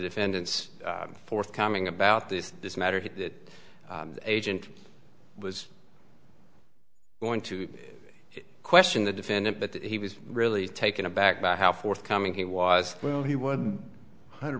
defendant's forthcoming about this this matter that agent was going to question the defendant but that he was really taken aback by how forthcoming he was well he one hundred